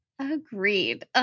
Agreed